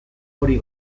hori